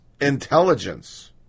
intelligence